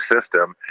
system